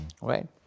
right